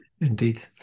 Indeed